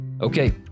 Okay